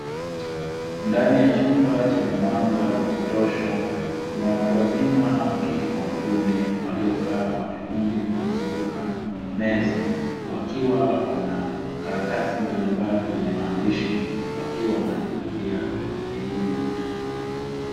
Ndani ya chumba chenye mwanga wa kutosha kuna watu wazima wakike kwa wakiume waliokaa kwa vikundi kwa kuzunguka meza wakiwa wana karatasi mbalimbali zenye maandishi wakiwa wanajipatia elimu.